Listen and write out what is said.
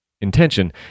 intention